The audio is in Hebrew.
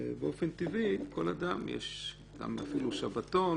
ובאופן טבעי כל אדם יש גם אפילו שבתון